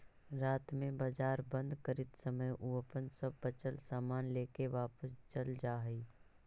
रात में बाजार बंद करित समय उ अपन सब बचल सामान लेके वापस चल जा हइ